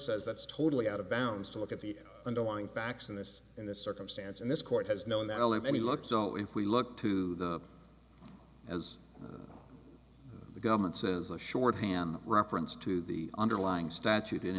says that's totally out of bounds to look at the underlying facts in this in this circumstance and this court has known that all of any luck at all if we look to the as the government says a shorthand reference to the underlying statute